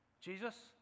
Jesus